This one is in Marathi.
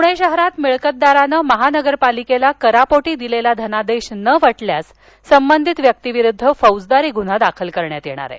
प्णे शहरात मिळकतदाराने महानगरपालिकेला करापोटी दिलेला धनादेश न वटल्यास संबंधित व्यक्तीविरुद्ध फौजदारी गुन्हा दाखल करण्यात येणार आहे